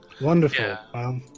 Wonderful